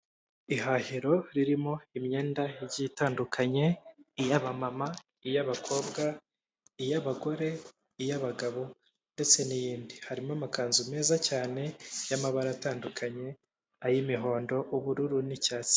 Ihahiro ririmo imyenda igiye itandukanye; iy'abamama, iy'abakobwa, iy'abagore, iy'abagabo ndetse n'iyindi. Harimo amakanzu meza cyane y'amabara atandukanye ay'imihondo, ubururu n'icyatsi.